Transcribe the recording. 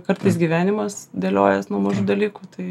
kartais gyvenimas dėliojas nuo mažų dalykų tai